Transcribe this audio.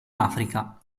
africa